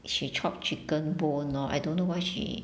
she chop chicken bone or I don't know why she